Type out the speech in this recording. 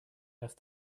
left